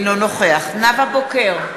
אינו נוכח נאוה בוקר,